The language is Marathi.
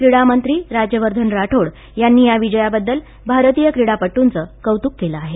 क्रिडामंत्री राज्यवर्धन राठोड यांनी या विजयाबद्दल भारतीय क्रिडापटूंचं कौतूक केलं आहे